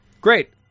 Great